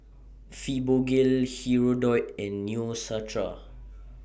Fibogel Hirudoid and Neostrata